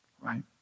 Right